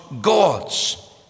gods